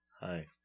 Hi